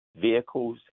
vehicles